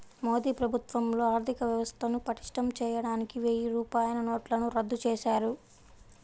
మోదీ ప్రభుత్వంలో ఆర్ధికవ్యవస్థను పటిష్టం చేయడానికి వెయ్యి రూపాయల నోట్లను రద్దు చేశారు